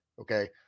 Okay